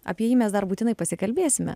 apie jį mes dar būtinai pasikalbėsime